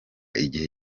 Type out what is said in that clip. igihe